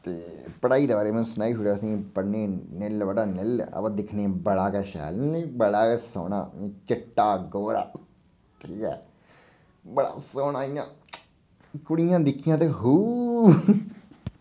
ते पढाई दे बारे च में सनाई छुड़ेआ तुसें गी पढने ई निल्ल बटा निल्ल अबा दिखने गी बड़ा गै शैल आं बड़ा गै सोह्ना चिट्टा गोरा ठीक ऐ बड़ा सोह्ना इ'यां कुडियां दिखदियां ते